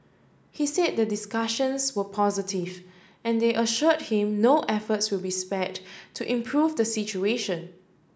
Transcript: he said the discussions were positive and they assured him no efforts will be spared to improve the situation